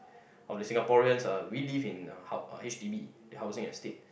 of the Singaporeans ah we live in uh hou~ H_d_B the housing estate